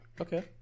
Okay